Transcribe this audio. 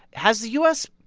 has the u s.